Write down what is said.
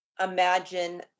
imagine